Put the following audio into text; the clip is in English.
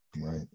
Right